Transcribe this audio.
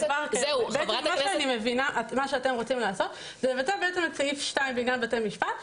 אני מבינה שמה שאתם רוצים לעשות זה לבטל את סעיף 2 בעניין בתי המשפט.